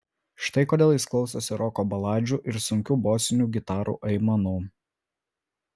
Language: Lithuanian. štai kodėl jis klausosi roko baladžių ir sunkių bosinių gitarų aimanų